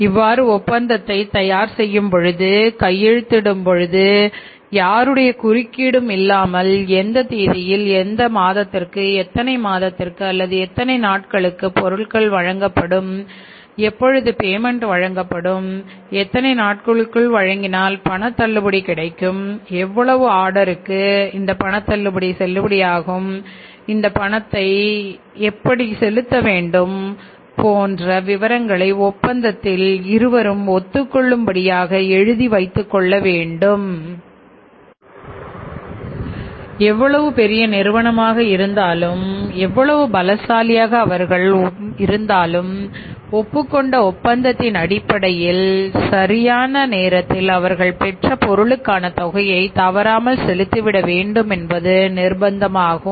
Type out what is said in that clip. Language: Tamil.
இவ்வாறு ஒப்பந்தத்தைப் தயார் செய்யும் பொழுதும் கையெழுத்திடும் பொழுதும் யாருடைய குறுக்கீடும் இல்லாமல் எந்த தேதியில் எத்தனை மாதத்திற்கு அல்லது எத்தனை நாட்களுக்கு பொருட்கள் வழங்கப்படும் எப்பொழுது பேமெண்ட் வழங்கப்படும் எத்தனை நாட்களுக்குள் வழங்கினால் பண தள்ளுபடி கிடைக்கும் எவ்வளவு ஆர்டருக்கு இந்த பணத்தை எப்படி செலுத்தவேண்டும் போன்ற விவரங்களை ஒப்பந்தத்தில் இருவரும் ஒத்துக் கொள்ளும் படியாக எழுதி வைத்துக் கொள்ள வேண்டும் எவ்வளவு பெரிய நிறுவனமாக இருந்தாலும் எவ்வளவு பலசாலியாக அவர்கள் இருந்தாலும் ஒப்புக் கொண்ட ஒப்பந்தத்தின் அடிப்படையில் சரியான நேரத்தில் அவர்கள் பெற்ற பொருளுக்கான தொகையை தவறாமல் செலுத்தி விட வேண்டும் என்பது நிர்பந்தம் ஆகும்